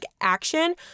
action